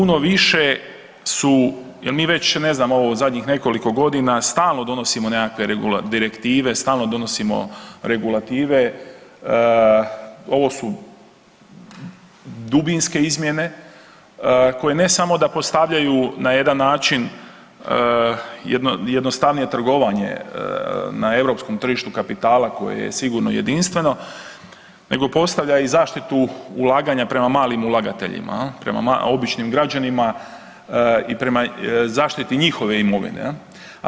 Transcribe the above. Puno više su jel mi već ne znamo ovo zadnjih nekoliko godina stalno donosimo nekakve direktive, stalno donosimo regulative, ovo su dubinske izmjene koje ne samo da postavljaju na jedan način jednostavnije trgovanje na europskom tržištu kapitala koje je sigurno jedinstveno nego postavlja i zaštitu ulaganja prema malim ulagateljima jel prema običnim građanima i prema zaštiti njihove imovine jel.